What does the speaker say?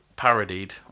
Parodied